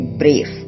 brief